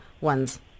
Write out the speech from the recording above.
ones